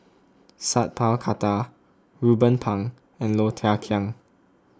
Sat Pal Khattar Ruben Pang and Low Thia Khiang